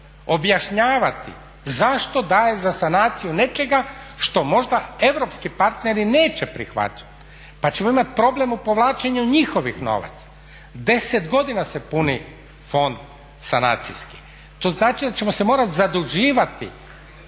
objašnjavati zašto daje za sanaciju nečega što možda europski partneri neće prihvatiti pa ćemo imati problem u povlačenju njihovih novaca. 10 godina se puni fond sanacijski, to znači da ćemo se morati zaduživati